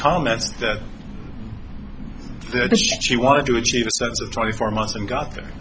comments that she wanted to achieve a sense of twenty four months and got there